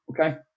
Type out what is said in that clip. Okay